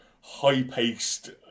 high-paced